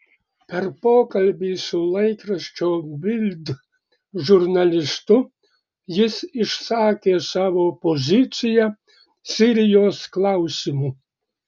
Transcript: per pokalbį su laikraščio bild žurnalistu jis išsakė savo poziciją sirijos klausimu